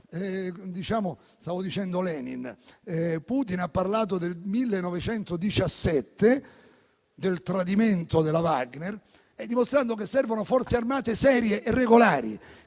Lenin - ha parlato del 1917 e del tradimento del gruppo Wagner, dimostrando che servono Forze armate serie e regolari.